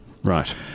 Right